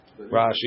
Rashi